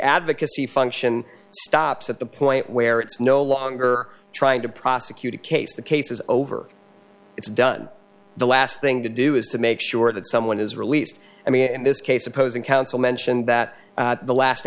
advocacy function stops at the point where it's no longer trying to prosecute a case the case is over it's done the last thing to do is to make sure that someone is released i mean in this case opposing counsel mentioned that the last